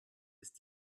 ist